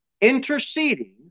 interceding